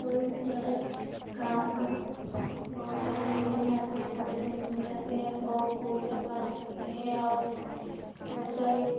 बहुत सा काम कर बहुत सारा मेले में आते बहुत सारे मुनि आते हैं और पूजा पाठ करते हैं और वो बहुत सारी